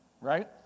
right